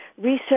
research